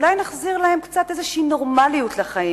אולי נחזיר להם קצת נורמליות לחיים,